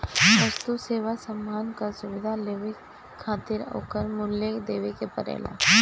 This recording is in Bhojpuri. वस्तु, सेवा, सामान कअ सुविधा लेवे खातिर ओकर मूल्य देवे के पड़ेला